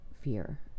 fear